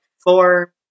four